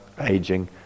aging